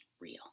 real